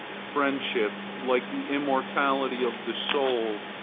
friendship, like the immortality of the soul,